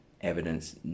evidence